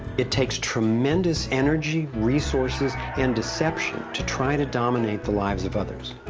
it takes tremendous energy, resources and deception to try to dominate the lives of others.